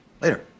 later